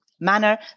Manner